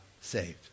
saved